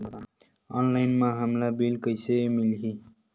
Online म हमला bill कइसे मिलही?